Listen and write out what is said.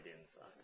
inside